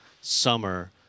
summer